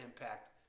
impact